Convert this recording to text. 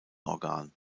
organ